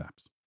apps